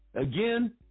again